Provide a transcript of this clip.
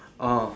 oh